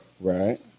Right